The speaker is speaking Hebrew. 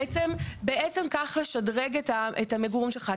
בעצם, כך לשדרג את המגורים שלך.